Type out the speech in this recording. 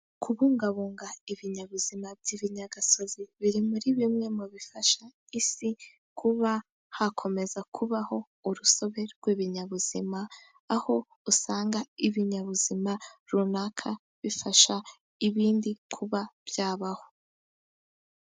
Kubungabunga ibinyabuzima by'ibinyagasozi, biri muri bimwe mu bifasha isi kuba hakomeza kubaho urusobe rw'ibinyabuzima. Aho usanga ibinyabuzima runaka bifasha ibindi kuba byabaho.